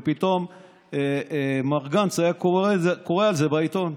ופתאום מר גנץ היה קורא על זה בעיתון.